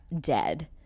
dead